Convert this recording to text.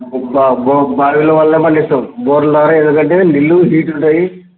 బావిల వల్లనే పండిస్తాం బోర్ల ద్వారా ఎందుకంటే మిల్లు హీట్ ఉంటాయి